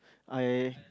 ah yeah yeah